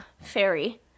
fairy